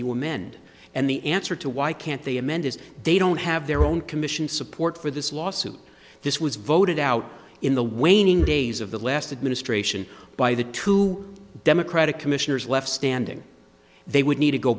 you will mend and the answer to why can't they amend is they don't have their own commission support for this lawsuit this was voted out in the waning days of the last administration by the two democratic commissioners left standing they would need to go